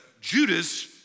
Judas